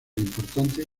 importante